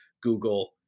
Google